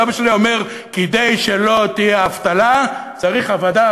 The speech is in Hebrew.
סבא שלי היה אומר: כדי שלא תהיה אבטלה צריך עבודה,